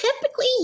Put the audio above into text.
Typically